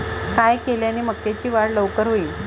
काय केल्यान मक्याची वाढ लवकर होईन?